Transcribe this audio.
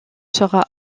sera